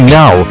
now